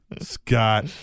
Scott